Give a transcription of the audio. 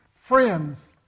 friends